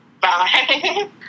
Bye